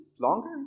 Longer